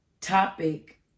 topic